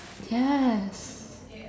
yes